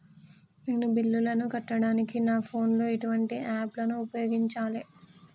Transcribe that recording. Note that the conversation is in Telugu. నేను బిల్లులను కట్టడానికి నా ఫోన్ లో ఎటువంటి యాప్ లను ఉపయోగించాలే?